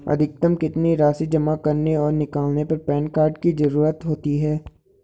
अधिकतम कितनी राशि जमा करने और निकालने पर पैन कार्ड की ज़रूरत होती है?